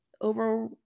over